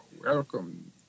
Welcome